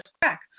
crack